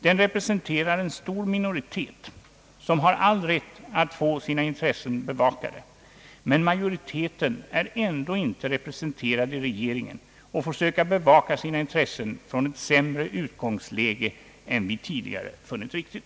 Den representerar en stor minoritet, som har all rätt att få sina intressen bevakade, men majoriteten är ändå icke representerad i regeringen och får försöka bevaka sina intressen från ett sämre utgångsläge än vi tidigare funnit riktigt.